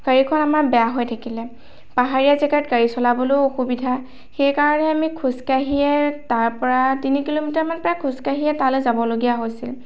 গাড়ীখন আমাৰ বেয়া হৈ থাকিলে পাহাৰীয়া জেগাত গাড়ী চলাবলৈয়ো অসুবিধা সেইকাৰণে আমি খোজকাঢ়িয়ে তাৰ পৰা তিনি কিলোমিটাৰমান খোজকাঢ়িয়ে তালৈ যাবলগীয়া হৈছিল